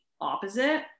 opposite